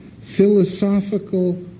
philosophical